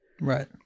right